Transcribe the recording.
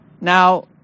Now